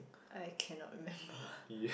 I cannot remember